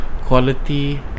quality